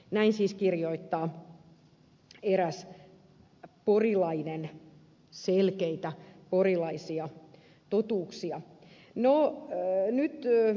näin siis kirjoittaa eräs porilainen selkeitä porilaisia totuuksia